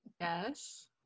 Yes